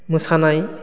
मोसानाय